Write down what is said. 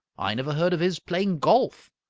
i never heard of his playing golf.